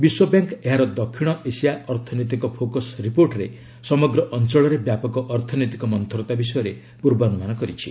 ବିଶ୍ୱ ବ୍ୟାଙ୍କ୍ ଏହାର ଦକ୍ଷିଣ ଏସିଆ ଅର୍ଥନୈତିକ ଫୋକସ୍ ରିପୋର୍ଟରେ ସମଗ୍ର ଅଞ୍ଚଳରେ ବ୍ୟାପକ ଅର୍ଥନୈତିକ ମନ୍ତରତା ବିଷୟରେ ପୂର୍ବାନୁମାନ କରିଛି